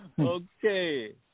Okay